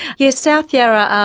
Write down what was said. yes, south yarra,